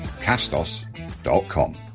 castos.com